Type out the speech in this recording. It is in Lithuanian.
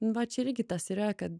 va čia irgi tas yra kad